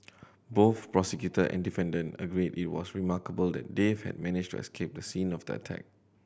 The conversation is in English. both prosecutor and defendant agreed it was remarkable that Dave had managed to escape the scene of the attack